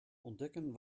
ontdekken